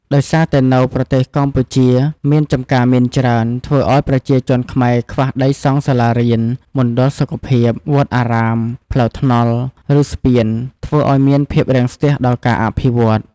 ដោយសារតែនៅប្រទេសកម្ពុជាមានចំការមីនច្រើន ធ្វើឲ្យប្រជាជនខ្មែរខ្វះដីសង់សាលារៀន មណ្ឌលសុខភាព វត្តអារាម ផ្លូវថ្នល់ ឬ ស្ពាន ធ្វើឲ្យមានភាពរាំងស្ទះដល់ការអភិវឌ្ឍ។